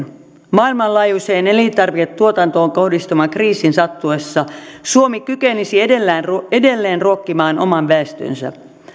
maailmanlaajuiseen elintarviketuotantoon kohdistuvan kriisin sattuessa suomi kykenisi edelleen ruokkimaan oman väestönsä